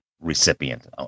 recipient